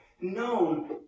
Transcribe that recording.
Known